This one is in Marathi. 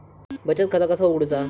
बचत खाता कसा उघडूचा?